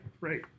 Right